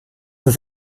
ist